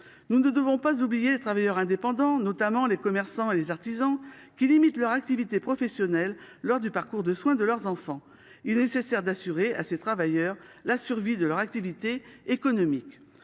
Nous ne saurions oublier les travailleurs indépendants, notamment les commerçants et les artisans qui limitent leur activité professionnelle lors du parcours de soins de leurs enfants. Il est nécessaire de leur assurer la survie de leur activité économique.